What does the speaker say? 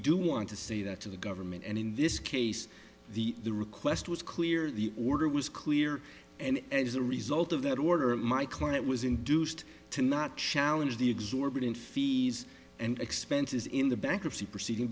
do want to say that to the government and in this case the the request was clear the order was clear and as a result of that order my client was induced to not shall enjoy the exorbitant fees and expenses in the bankruptcy proceeding